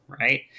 right